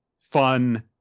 fun